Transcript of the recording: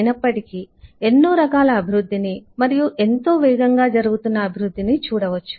అయినప్పటికీ ఎన్నో రకాల అభివృద్ధిని మరియు ఎంతో వేగంగా జరుగుతున్న అభివృద్ధిని చూడవచ్చు